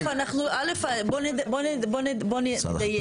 א', בוא נדייק.